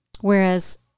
whereas